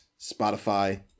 Spotify